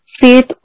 faith